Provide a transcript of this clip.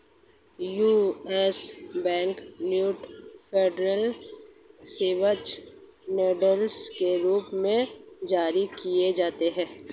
US bank note federal reserve notes के रूप में जारी किए जाते हैं